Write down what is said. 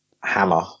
Hammer